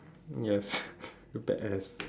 yes you badass